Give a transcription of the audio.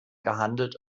gehandelt